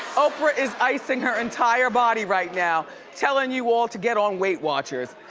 oprah is icing her entire body right now telling you all to get on weight watchers.